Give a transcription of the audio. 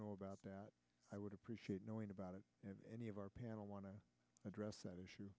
know about that i would appreciate knowing about it and any of our panel want to address that issue